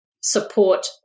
support